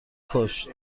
کشت